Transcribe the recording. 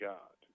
God